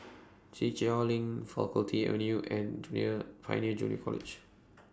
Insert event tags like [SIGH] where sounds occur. [NOISE] Kiichener LINK Faculty Avenue and [NOISE] near Pioneer Junior College